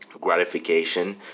gratification